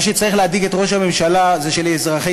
מה שצריך להדאיג את ראש הממשלה זה שלאזרחי